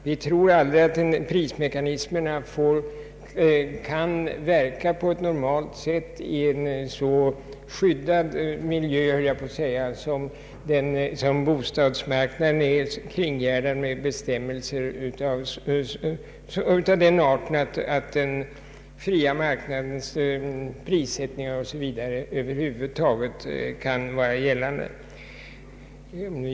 Vi tror inte att prismekanismerna kan verka på ett normalt sätt i en så ”skyddad” miljö som bostads marknaden i dag, kringgärdad som den är av bestämmelser av den arten att den fria marknadens prissättningar etc. inte kan göra sig gällande.